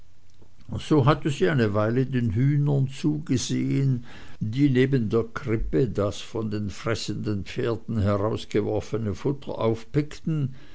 so hatte sie eine weile den hühnern zugesehn die neben der krippe das von den fressenden pferden herausgeworfene futter